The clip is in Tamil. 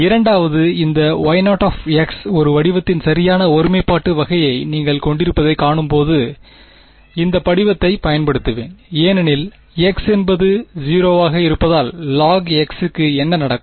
இரண்டாவது இந்த Y 0 ஒரு வடிவத்தின் சரியான ஒருமைப்பாடு வகையை நீங்கள் கொண்டிருப்பதைக் காணும்போது இந்த படிவத்தைப் பயன்படுத்துவேன் ஏனெனில் x என்பது 0 ஆக இருப்பதால் log xக்கு என்ன நடக்கும்